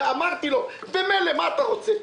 ואמרתי לו: ממילא מה אתה רוצה?